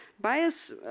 Bias